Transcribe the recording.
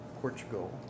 Portugal